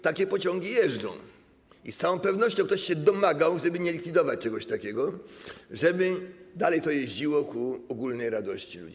Takie pociągi jeżdżą i z całą pewnością ktoś się domagał, żeby nie likwidować czegoś takiego, żeby to dalej jeździło ku ogólnej radości ludzi.